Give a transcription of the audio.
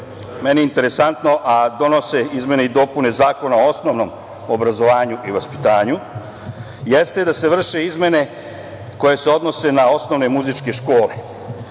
meni interesantno, a donose izmene i zakona o osnovnom obrazovanju i vaspitanju, jeste da se vrše izmene koje se odnose na osnovne muzičke škole,